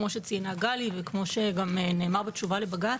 כמו שציינה גלי וכמו שגם נאמר בתשובה לבג"ץ,